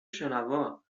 شنوا